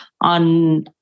on